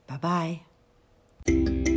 Bye-bye